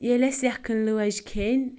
ییٚلہِ اَسہِ یَکٕھنۍ لٲج کھؠنۍ